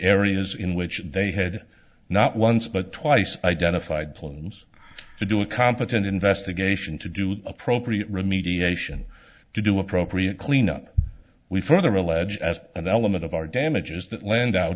areas in which they had not once but twice identified plans to do a competent investigation to do appropriate remediation to do appropriate cleanup we further allege as an element of our damages that land